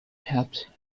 helped